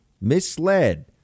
misled